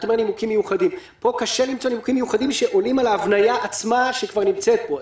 פה קשה למצוא נימוקים מיוחדים שעולים על ההבניה עצמה שכבר נמצאת פה.